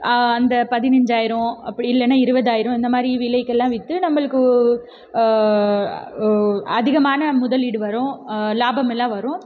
அந்த பதினைஞ்சாயிரம் அப்படி இல்லைன்னா இருபதாயிரம் இந்த மாதிரி விலைக்கெல்லாம் விற்று நம்மளுக்கு அதிகமான முதலீடு வரும் லாபமெல்லாம் வரும்